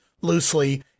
loosely